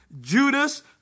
Judas